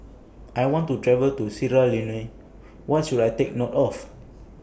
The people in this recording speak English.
I want to travel to Sierra Leone What should I Take note of